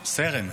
סרן.